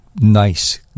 nice